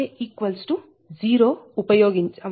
0 ఉపయోగించాం